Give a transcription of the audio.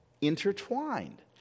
intertwined